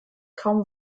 kaum